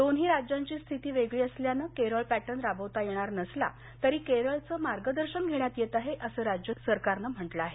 दोन्ही राज्यांची स्थिती वेगळी असल्यानं केरळ पॅटर्न राबवता येणार नसला तरी केरळचे मार्गदर्शन घेण्यात येत आहेत अस राज्य सरकारनं म्हटलं आहे